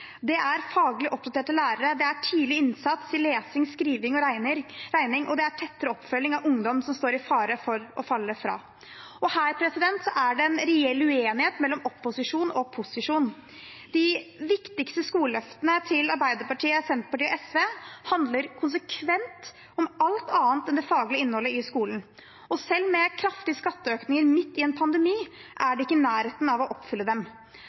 Det er faglig oppdaterte lærere, det er tidlig innsats i lesing, skriving og regning, og det er tettere oppfølging av ungdom som står i fare for å falle fra. Her er det en reell uenighet mellom opposisjon og posisjon. De viktigste skoleløftene til Arbeiderpartiet, Senterpartiet og SV handler konsekvent om alt annet enn det faglige innholdet i skolen, og selv med kraftige skatteøkninger midt i en pandemi er de ikke i nærheten av å oppfylle dem.